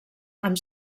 amb